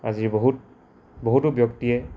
আজি বহুত বহুতো ব্যক্তিয়ে